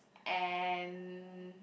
and